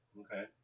Okay